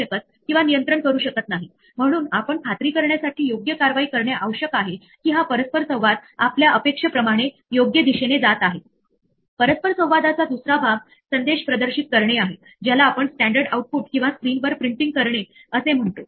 आणि एरर म्हणजे काय यावर अवलंबून आपण त्या प्रकारच्या एररससाठी योग्य ती कारवाई करू शकतो आणि शेवटी एखादी एरर किंवा एखादे एक्सेप्शन स्पष्टपणे हाताळले न गेल्यास पायथोन इंटरप्रीटर कडे कुठलाही पर्याय नसतो इंटरप्रीटर तो प्रोग्राम थांबवतो